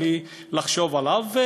בלי לחשוב עליו,